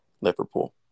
Liverpool